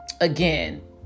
again